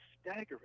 staggering